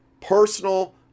personal